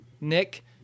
Nick